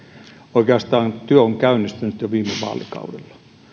oikeastaan työ on käynnistynyt jo viime vaalikaudella